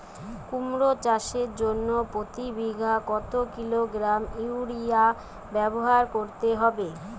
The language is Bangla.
কুমড়ো চাষের জন্য প্রতি বিঘা কত কিলোগ্রাম ইউরিয়া ব্যবহার করতে হবে?